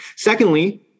Secondly